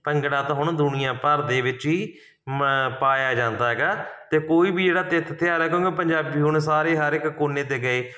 ਭੰਗੜਾ ਤਾਂ ਹੁਣ ਦੁਨੀਆਂ ਭਰ ਦੇ ਵਿੱਚ ਹੀ ਪਾਇਆ ਜਾਂਦਾ ਹੈਗਾ ਅਤੇ ਕੋਈ ਵੀ ਜਿਹੜਾ ਤਿਥ ਤਿਉਹਾਰ ਹੈਗਾ ਕਿਉਂਕਿ ਪੰਜਾਬੀ ਹੁਣ ਸਾਰੇ ਹਰ ਇੱਕ ਕੋਨੇ 'ਤੇ ਗਏ